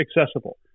accessible